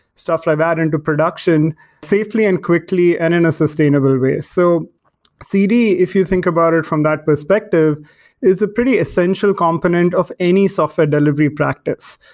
stuff like that into production safely and quickly and in a sustainable way ah so cd, if you think about it from that perspective is a pretty essential component of any software delivery practice.